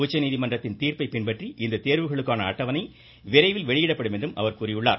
உச்சநீதிமன்றத்தின் தீர்ப்பை பின்பற்றி இந்த தேர்வுகளுக்கான அட்டவணை விரைவில் வெளியிடப்படும் என்றும் அவர் கூறினார்